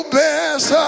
best